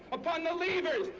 upon the levers,